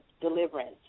deliverance